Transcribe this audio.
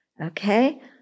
Okay